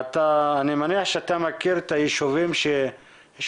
אני מניח שאתה מכיר את היישובים שיש